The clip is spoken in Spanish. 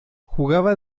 jugaba